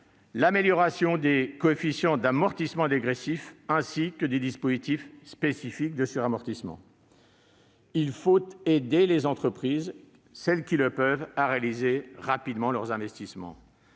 l'amélioration des coefficients d'amortissement dégressif, ainsi que des dispositifs spécifiques de suramortissement. Il faut aider les entreprises qui le peuvent à réaliser rapidement leurs investissements.